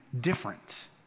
different